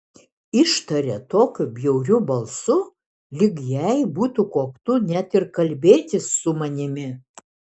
ištarė tokiu bjauriu balsu lyg jai būtų koktu net ir kalbėtis su manimi